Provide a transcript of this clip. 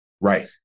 Right